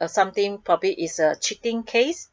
a something probably is a cheating case